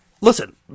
listen